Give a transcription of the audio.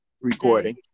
recording